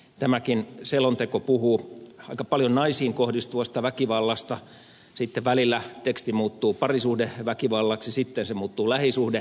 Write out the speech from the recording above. tämäkin selonteko puhuu aika paljon naisiin kohdistuvasta väkivallasta välillä teksti muuttuu parisuhdeväkivallaksi sitten se muuttuu lähisuhdeväkivallaksi